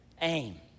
aim